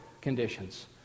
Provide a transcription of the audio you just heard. conditions